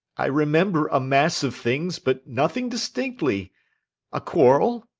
i remember a mass of things, but nothing distinctly a quarrel,